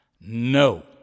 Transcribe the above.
No